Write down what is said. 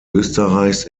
österreichs